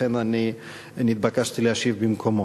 לכן אני נתבקשתי להשיב במקומו.